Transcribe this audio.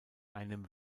einem